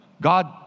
God